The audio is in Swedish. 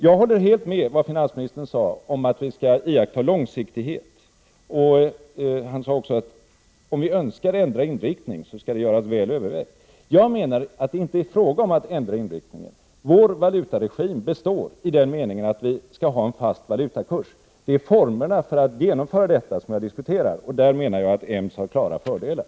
Jag håller helt med om det finansministern sade om att vi skall iaktta långsiktighet. Han sade också att om vi önskar ändra inriktning, skall det göras väl övervägt. Jag menar att det inte är fråga om att ändra inriktning. Vår valutaregim består, i den meningen att vi skall ha en fast valutakurs. Det är formerna för att genomföra detta som jag diskuterar, och där menar jag att EMS har klara fördelar.